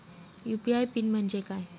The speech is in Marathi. यू.पी.आय पिन म्हणजे काय?